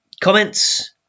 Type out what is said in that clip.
comments